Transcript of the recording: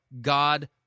God